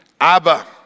Abba